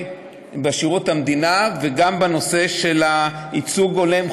שירות המדינה וגם בנושא של ייצוג הולם,